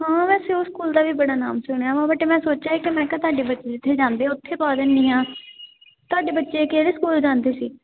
ਹਾਂ ਵੈਸੇ ਉਹ ਸਕੂਲ ਦਾ ਵੀ ਬੜਾ ਨਾਮ ਸੁਣਿਆ ਵਾ ਬਟ ਮੈਂ ਸੋਚਿਆ ਕਿ ਮੈਂ ਕਿਹਾ ਤੁਹਾਡੇ ਬੱਚੇ ਇੱਥੇ ਜਾਂਦੇ ਉੱਥੇ ਪਾ ਦਿੰਦੀ ਹਾਂ ਤੁਹਾਡੇ ਬੱਚੇ ਕਿਹੜੇ ਸਕੂਲ ਜਾਂਦੇ ਸੀ